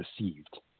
received